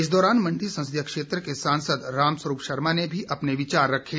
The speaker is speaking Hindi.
इस दौरान मंडी संसदीय क्षेत्र के सांसद रामस्वरूप शर्मा ने भी अपने विचार रखे